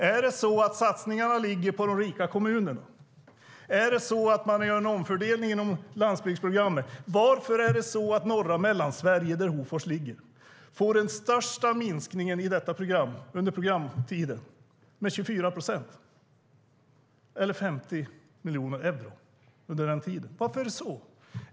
Är det så att satsningarna ligger på de rika kommunerna? Är det så att man gör en omfördelning inom landsbygdsprogrammet? Varför är det så att norra Mellansverige, där Hofors ligger, får den största minskningen i detta program med 24 procent eller 50 miljoner euro under programtiden? Varför är det så?